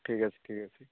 ଠିକ୍ ଅଛି ଠିକ୍ ଅଛି